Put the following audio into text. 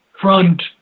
front